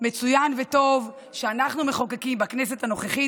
מצוין וטוב שאנחנו מחוקקים בכנסת הנוכחית,